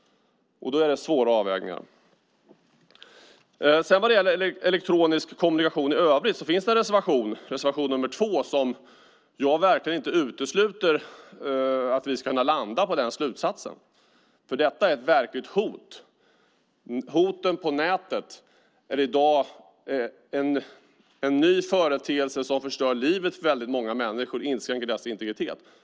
Då är det svåra avvägningar. Elektronisk kommunikation i övrigt tas upp i reservation 2. Jag utesluter verkligen inte att vi ska kunna landa på den slutsatsen. Hoten på nätet är en ny företeelse som förstör livet för många människor och inskränker deras integritet.